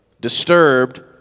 Disturbed